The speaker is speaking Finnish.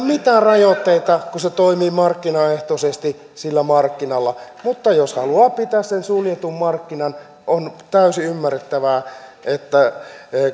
mitään rajoitteita kun se toimii markkinaehtoisesti sillä markkinalla mutta jos haluaa pitää sen suljetun markkinan on täysin ymmärrettävää että